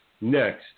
Next